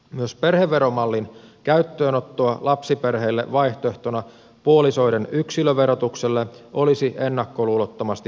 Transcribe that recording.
myös perheveromallin käyttöönottoa lapsiperheille vaihtoehtona puolisoiden yksilöverotukselle olisi ennakkoluulottomasti harkittava